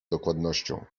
dokładnością